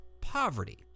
poverty